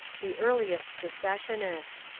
the earliest secessionist.